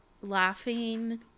laughing